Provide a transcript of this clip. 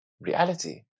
reality